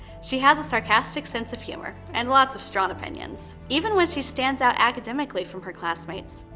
she has a sarcastic sense of humor and lots of strong opinions. even when she stands out academically from her classmates,